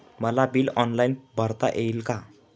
मला bill online भरता येईल का?